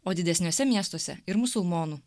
o didesniuose miestuose ir musulmonų